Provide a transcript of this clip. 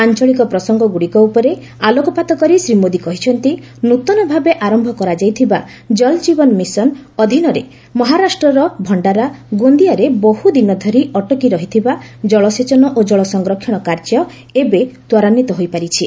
ଆଞ୍ଚଳିକ ପ୍ରସଙ୍ଗଗୁଡ଼ିକ ଉପରେ ଆଲୋକପାତ କରି ଶ୍ରୀ ମୋଦି କହିଛନ୍ତି ନୃତନ ଭାବେ ଆରମ୍ଭ କରାଯାଇଥିବା 'ଜଲ୍ ଜୀବନ ମିଶନ୍' ଅଧୀନରେ ମହାରାଷ୍ଟ୍ରର ଭକ୍ଷାରା ଗୋନ୍ଦିଆରେ ବହୁଦିନ ଧରି ଅଟକି ରହିଥିବା ଜଳସେଚନ ଓ ଜଳ ସଂରକ୍ଷଣ କାର୍ଯ୍ୟ ଏବେ ତ୍ୱରାନ୍ୱିତ ହୋଇପାରିଛି